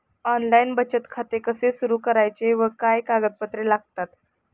Online बचत खाते कसे सुरू करायचे व काय कागदपत्रे लागतात?